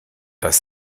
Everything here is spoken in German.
das